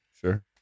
sure